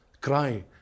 cry